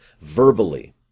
verbally